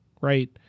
right